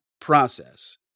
process